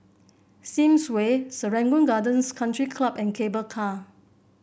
Sims Way Serangoon Gardens Country Club and Cable Car